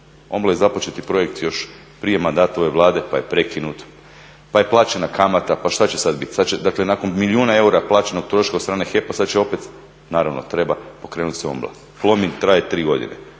Ombla je započeti projekt još prije mandata ove Vlade pa je prekinut, pa je plaćena kamata, pa šta će sad bit? Dakle nakon milijuna eura plaćenog troška od strane HEP-a sad će opet, naravno treba pokrenut se Ombla. Plomin traje 3 godine.